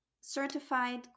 certified